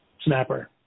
Snapper